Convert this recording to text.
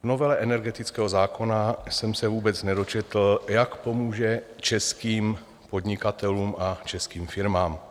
V novele energetického zákona jsem se vůbec nedočetl, jak pomůžete českým podnikatelům a českým firmám.